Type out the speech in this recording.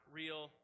real